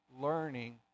learning